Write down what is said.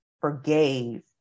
forgave